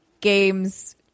games